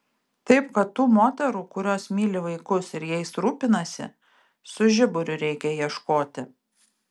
taip kad tų moterų kurios myli vaikus ir jais rūpinasi su žiburiu reikia ieškoti